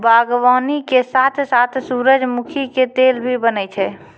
बागवानी के साथॅ साथॅ सूरजमुखी के तेल भी बनै छै